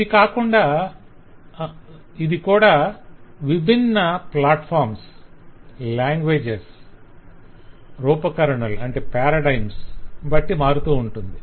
ఇది కూడా విభిన్న ప్లాట్ఫాంస్ లాంగ్వేజ్స్ రూపకరణాలను బట్టి మారుతుంటూ ఉంటుంది